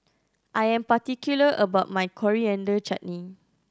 I am particular about my Coriander Chutney